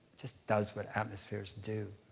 just does what atmospheres do.